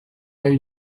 œil